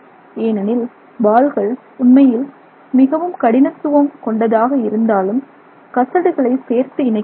ஏனெனில் பால்கள் உண்மையில் மிகவும் கடினத்துவம் கொண்டதாக இருந்தாலும் கசடுகளை சேர்த்து இணைக்கிறது